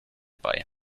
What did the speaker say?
bei